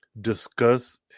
discuss